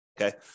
okay